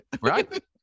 Right